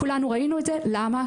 כולנו ראינו את זה, למה?